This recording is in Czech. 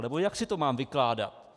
Nebo jak si to mám vykládat?